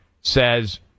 says